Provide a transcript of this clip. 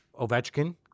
Ovechkin